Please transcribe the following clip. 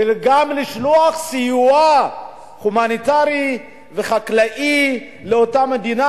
וגם לשלוח סיוע הומניטרי וחקלאי לאותה מדינה,